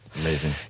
amazing